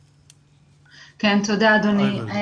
כן, תודה, אדוני.